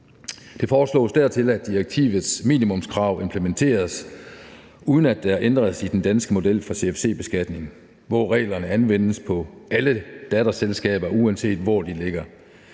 Det foreslås dertil, at direktivets minimumskrav implementeres, uden at der ændres i den danske model for CFC-beskatning, hvor reglerne anvendes på alle datterselskaber, uanset hvor de ligger.